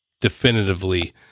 definitively